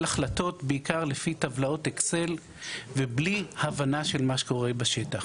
החלטות בעיקר לפי טבלאות אקסל ובלי הבנה של מה שקורה בשטח.